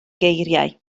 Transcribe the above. geiriau